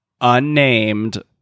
unnamed